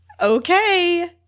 Okay